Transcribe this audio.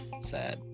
Sad